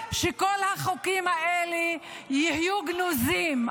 שכל החוקים האלה יהיו גנוזים.